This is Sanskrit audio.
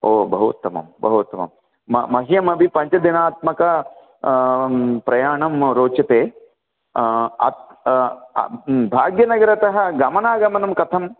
ओ बहु उत्तमं बहु उत्तमं म मह्यमपि पञ्चदिनात्मकं प्रयाणं रोचते अत् भाग्यनगरतः गमनागमनं कथं